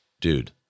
dude